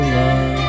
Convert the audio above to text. love